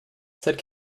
said